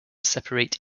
separate